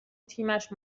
تیمش